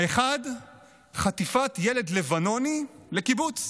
האחד חטיפת ילד לבנוני לקיבוץ,